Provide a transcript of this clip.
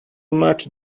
much